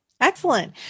Excellent